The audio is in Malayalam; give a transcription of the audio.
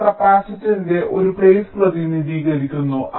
ഇത് കപ്പാസിറ്ററിന്റെ ഒരു പ്ലേറ്റ് പ്രതിനിധീകരിക്കുന്നു